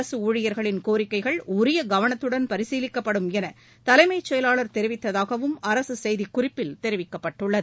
அரசு ஊழியர்களின் கோரிக்கைகள் உரிய கவனத்துடன் பரிசீலிக்கப்படும் என தலைமைச் செயலாளர் தெரிவித்ததாகவும் அரசு செய்திக்குறிப்பில் தெரிவிக்கப்பட்டுள்ளது